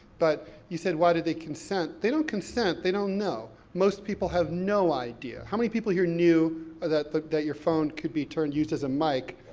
but you said, why do they consent? they don't consent, they don't know. most people have no idea, how many people here knew ah that that your phone could be turned, used as a mic?